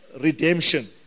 redemption